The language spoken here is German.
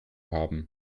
haben